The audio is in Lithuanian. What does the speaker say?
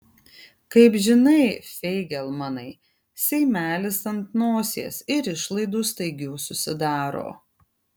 kaip žinai feigelmanai seimelis ant nosies ir išlaidų staigių susidaro